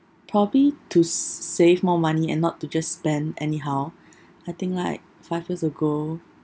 probably to s~ save more money and not to just spend anyhow I think like five years ago